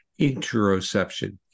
interoception